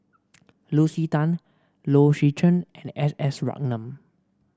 Lucy Tan Low Swee Chen and S S Ratnam